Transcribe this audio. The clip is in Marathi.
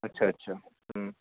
अच्छा अच्छा हं